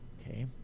okay